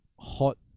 hot